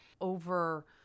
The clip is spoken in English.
Over